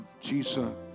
Jesus